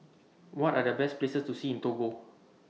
What Are The Best Places to See in Togo